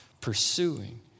pursuing